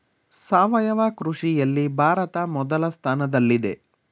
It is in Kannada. ಸಾವಯವ ಕೃಷಿಯಲ್ಲಿ ಭಾರತ ಮೊದಲ ಸ್ಥಾನದಲ್ಲಿದೆ